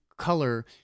color